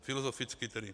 Filozoficky tedy.